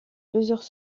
plusieurs